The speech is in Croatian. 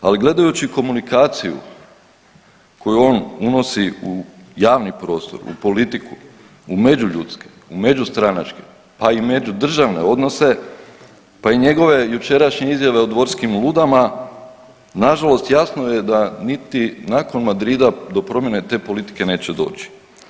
Ali gledajući komunikaciju koju on unosi u javni prostor, u politiku, u međuljudske, u međustranačke pa i međudržavne odnose pa i njegove jučerašnje izjave o dvorskim ludama nažalost jasno je da niti nakon Madrida do promjene te politike neće doći.